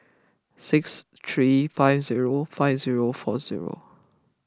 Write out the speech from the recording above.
six three five zero five zero four zero